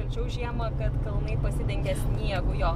tačiau žiemą kad kalnai pasidengia sniegu jo